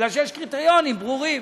בגלל שיש קריטריונים ברורים.